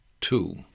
two